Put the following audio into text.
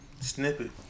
Snippet